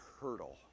hurdle